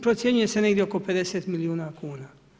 Procjenjuje se negdje oko 50 milijuna kuna.